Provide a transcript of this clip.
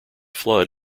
flood